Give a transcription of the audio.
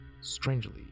Strangely